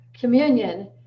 communion